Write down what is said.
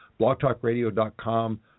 blogtalkradio.com